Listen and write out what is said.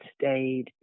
stayed